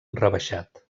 rebaixat